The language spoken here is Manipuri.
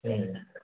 ꯎꯝ